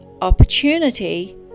opportunity